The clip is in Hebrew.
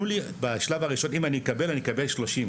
בשלב הראשון אם אני אקבל זה יהיה 30,